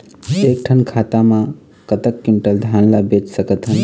एक ठन खाता मा कतक क्विंटल धान ला बेच सकथन?